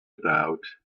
about